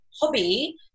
hobby